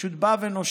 פשוט בא ונושף.